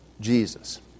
Jesus